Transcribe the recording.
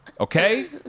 Okay